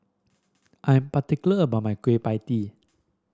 I am particular about my Kueh Pie Tee